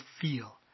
feel